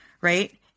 right